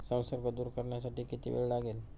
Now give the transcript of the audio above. संसर्ग दूर करण्यासाठी किती वेळ लागेल?